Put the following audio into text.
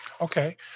Okay